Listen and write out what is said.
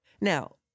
Now